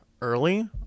early